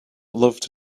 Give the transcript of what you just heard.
loved